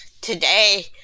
today